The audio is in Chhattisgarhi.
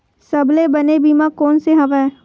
सबले बने बीमा कोन से हवय?